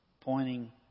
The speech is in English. pointing